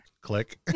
click